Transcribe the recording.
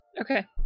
Okay